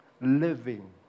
living